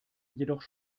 jedoch